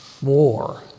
War